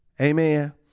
amen